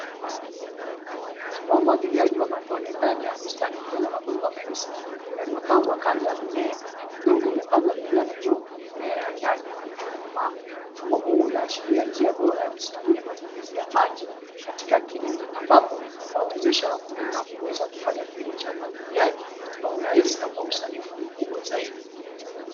Mfumo wa umwagiliaji wa matone ndani ya bustani, ukiwa na mabomba meusi yaliyopandwa kando ya mimea. Udongo umepandwa mimea midogo na mimea ya nyanya iliyokomaa. Mfumo huu unaashiria njia bora ya kusimamia matumizi ya maji katika kilimo, ambapo huwawezesha wakulima kuweza kufanya kilimo cha umwagiliaji kwa urahisi na kwa usanifu mkubwa zaidi.